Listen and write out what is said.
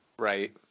Right